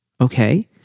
Okay